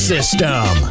System